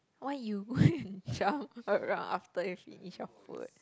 why you jump around after you finish your food